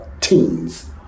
teens